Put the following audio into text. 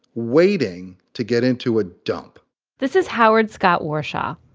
waiting to get into a dump this is howard scott warshaw.